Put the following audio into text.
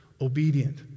obedient